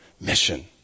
mission